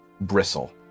bristle